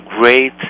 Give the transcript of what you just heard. great